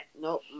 nope